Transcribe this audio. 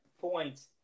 point